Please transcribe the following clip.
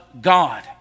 God